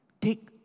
take